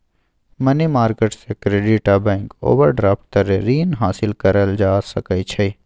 money market से credit आ bank overdraft तरे रीन हासिल करल जा सकइ छइ